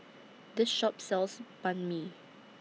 This Shop sells Banh MI